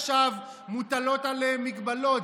עכשיו מוטלות עליהם הגבלות,